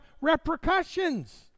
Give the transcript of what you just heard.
repercussions